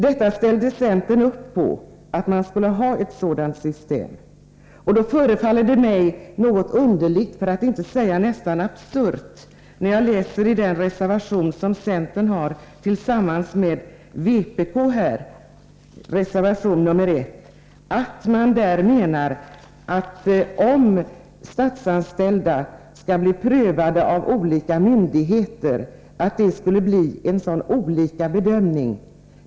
Att vi skulle ha ett sådant system ställde centern upp på. Då förefaller det mig något underligt — för att inte säga nästan absurt — att i den reservation till utskottsbetänkandet som centern har tillsammans med vpk, reservation 1, läsa att man anser att om de statsanställda skall bli prövade av olika myndigheter, då skulle bedömningarna bli så olikartade.